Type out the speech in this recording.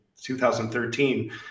2013